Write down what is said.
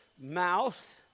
mouth